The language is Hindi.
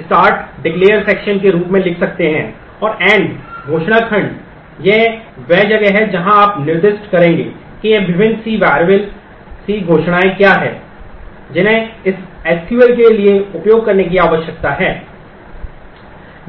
स्टार्ट डिक्लेयर सेक्शन के रूप में लिख सकते हैं और END घोषणा खंड यह वह जगह है जहाँ आप निर्दिष्ट करते हैं कि विभिन्न सी वैरिएबल C घोषणाएँ क्या हैं जिन्हें इस एसक्यूएल के लिए उपयोग करने की आवश्यकता है परिभाषा